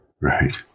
Right